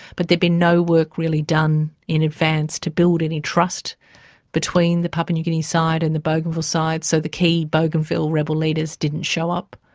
but there had been no work really done in advance to build any trust between the papua new guinea side and the bougainville side, so the key bougainville rebel leaders didn't show up.